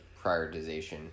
prioritization